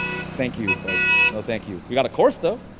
thank you, but no thank you. we got a course though.